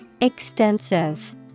Extensive